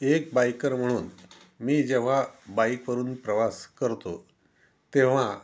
एक बाइकर म्हणून मी जेव्हा बाईकवरून प्रवास करतो तेव्हा